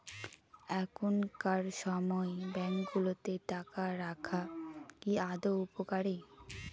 এখনকার সময় ব্যাঙ্কগুলোতে টাকা রাখা কি আদৌ উপকারী?